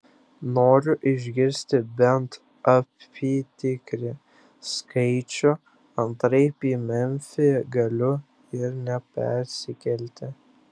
noriu išgirsti bent apytikrį skaičių antraip į memfį galiu ir nepersikelti